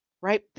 right